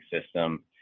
system